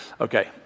Okay